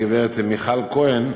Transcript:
הגברת מיכל כהן,